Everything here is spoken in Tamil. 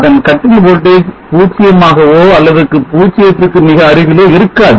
அதன் cut in voltage 0 ஆகவோ அல்லது 0 க்கு மிக அருகிலோ இருக்காது